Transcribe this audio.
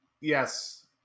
Yes